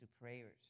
prayers